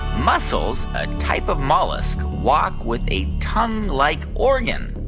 mussels a type of mollusk walk with a tongue-like organ?